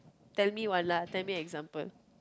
tell me one lah tell me example